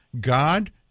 God